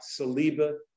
Saliba